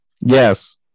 yes